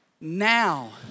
now